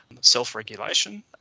self-regulation